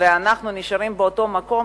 ואנחנו נשארים באותו מקום,